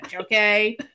okay